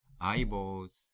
eyeballs